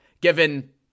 given